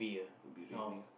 will be raining